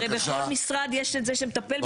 הרי בכל משרד יש את זה שמטפל ברישוי עסקים.